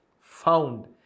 found